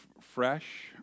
fresh